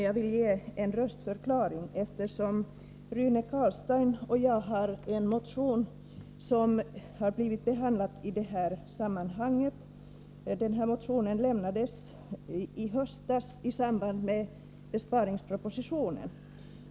Jag vill emellertid avge en röstförklaring, eftersom Rune Carlstein och jag har undertecknat en motion som har blivit behandlad i det här sammanhanget. Den här motionen väcktes i höstas i samband med besparingspropositionen.